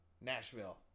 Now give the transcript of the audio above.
nashville